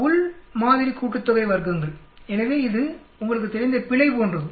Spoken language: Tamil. உள் வர்க்க்கங்களின் மாதிரி கூட்டுத்தொகை எனவே இது உங்களுக்குத் தெரிந்த பிழை போன்றது